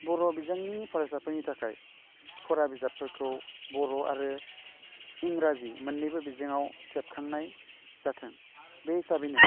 बर' बिजोंनि फरायसाफोरनि थाखाय फरा बिजाबफोरखौ बर' आरो इंराजी मोन्नैबो बिजोङाव सेबखांनाय जाथों बे हिसाबैनो